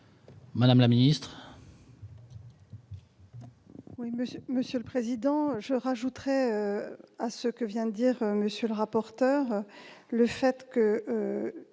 Mme la ministre.